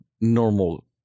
normal